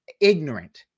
ignorant